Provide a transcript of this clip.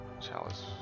Chalice